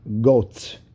goats